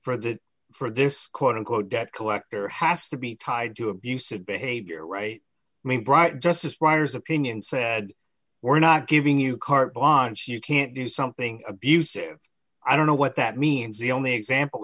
for that for this quote unquote debt collector has to be tied to abusive behavior right i mean bright justice briar's opinion said we're not giving you carte blanche you can't do something abusive i don't know what that means the only example